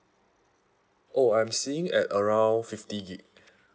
oh I'm seeing at around fifty gig